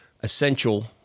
essential